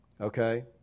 Okay